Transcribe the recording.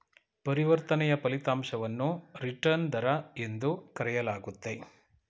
ಪರಿವರ್ತನೆಯ ಫಲಿತಾಂಶವನ್ನು ರಿಟರ್ನ್ ದರ ಎಂದು ಕರೆಯಲಾಗುತ್ತೆ